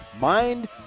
Mind